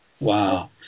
Wow